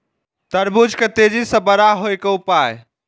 तरबूज के तेजी से बड़ा होय के उपाय?